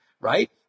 right